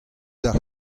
d’ar